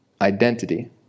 identity